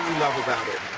love about it?